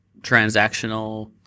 transactional